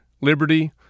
liberty